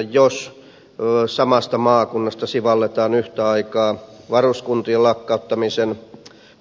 jos samasta maakunnasta sivalletaan yhtä aikaa varuskuntien lakkauttamisen